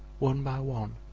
one by one,